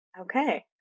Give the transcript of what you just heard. Okay